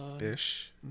Ish